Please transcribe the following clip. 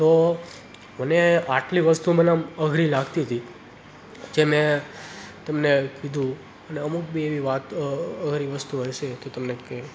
તો મને આટલી વસ્તુ મને આમ અઘરી લાગતી હતી જે મેં તમને કીધું અને અમુક બી એવી વાતો વસ્તુ હશે કે તમને કે